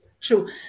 true